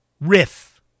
riff